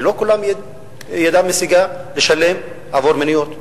ולא כולם ידם משגת לשלם עבור מוניות.